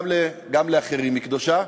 וגם לאחרים היא קדושה,